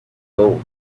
gold